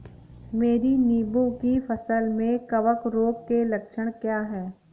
मेरी नींबू की फसल में कवक रोग के लक्षण क्या है?